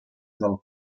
dal